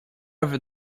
over